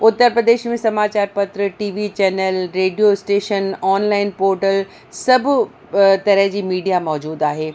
उत्तर प्रदेश में समाचार पत्र T V channel radio station online portal सभु तरह जी मीडिया मौज़ूदु आहे